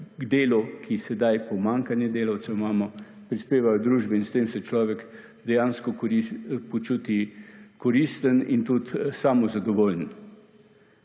delu, ki sedaj pomanjkanje delavcev imamo prispevajo v družbi in s tem se človek dejansko počuti koristen in tudi samozadovoljen.